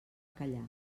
callar